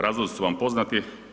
Razlozi su vam poznati.